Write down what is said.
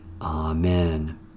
Amen